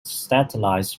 satellites